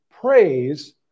Praise